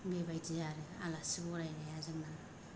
बेबायदि आरो आलासि बरायनाया जोंना